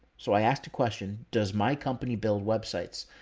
so i asked the question, does my company build websites?